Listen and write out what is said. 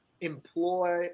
employ